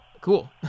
cool